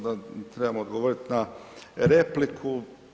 da trebamo odgovorit na repliku.